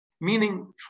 meaning